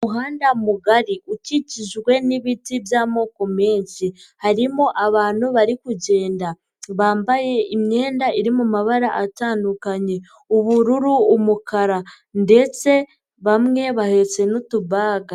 Umuhanda mugari ukikijwe n'ibiti by'amoko menshi, harimo abantu bari kugenda, bambaye imyenda iri mu mabara atandukanye, ubururu, umukara ndetse bamwe bahetse n'utubaga.